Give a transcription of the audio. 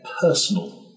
personal